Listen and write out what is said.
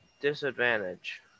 Disadvantage